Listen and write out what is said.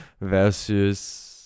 versus